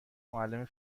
معلم